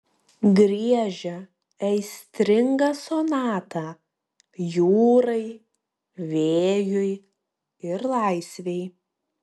griežia aistringą sonatą jūrai vėjui ir laisvei